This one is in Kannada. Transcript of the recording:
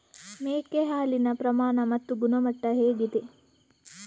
ಮೇಕೆ ಹಾಲಿನ ಪ್ರಮಾಣ ಮತ್ತು ಗುಣಮಟ್ಟ ಹೇಗಿದೆ?